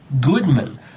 Goodman